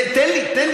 תן לי, תן לי.